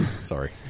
Sorry